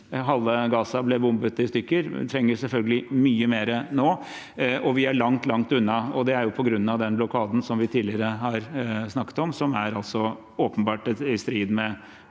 halve Gaza ble bombet i stykker, man trenger selvfølgelig mye mer nå, og vi er langt, langt unna. Det er på grunn av den blokaden som vi tidligere har snakket om, som åpenbart er